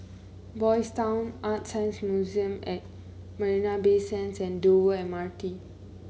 Boys' Town ArtScience Museum at Marina Bay Sands and Dover M R T